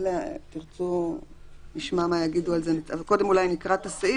נקרא את הסעיף.